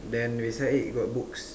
then beside it got books